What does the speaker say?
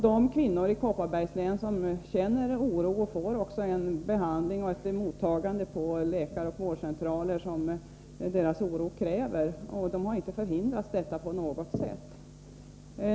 De kvinnor i Kopparbergs län som känner oro får också en behandling och ett mottagande på läkaroch vårdcentraler som deras oro kräver. De har inte förhindrats detta på något sätt.